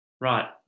Right